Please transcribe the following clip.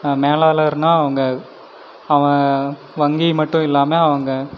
மேலாளர்னா அவங்க அவன் வங்கி மட்டும் இல்லாமல் அவங்க